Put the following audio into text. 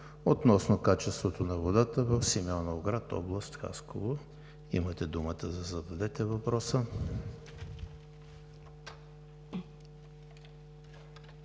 относно качеството на водата в Симеоновград, област Хасково. Имате думата, за да зададете въпроса.